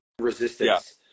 resistance